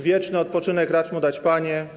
Wieczny odpoczynek racz mu dać, Panie.